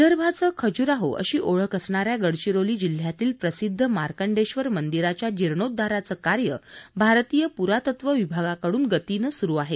विदर्भाचं खजुराहो अशी ओळख असणाऱ्या गडचिरोली जिल्ह्यातील प्रसिध्द मार्कडेबर मंदिराच्या जीर्णोध्दाराचे कार्य भारतीय पुरातत्व विभागाकडून गतीने सुरु आहे